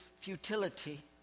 futility